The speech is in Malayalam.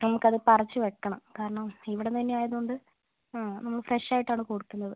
നമുക്ക് അത് പറിച്ച് വയ്ക്കണം കാരണം ഇവിടുന്ന് തന്നെ ആയതുകൊണ്ട് ആ നമ്മൾ ഫ്രഷ് ആയിട്ടാണ് കൊടുക്കുന്നത്